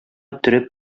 төреп